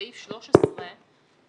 בסעיף כתוב: "שם הספק המוצג ללקוחות,